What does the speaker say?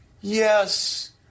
Yes